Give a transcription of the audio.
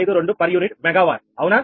452 per unit megawatt అవునా